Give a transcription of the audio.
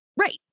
Right